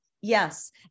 yes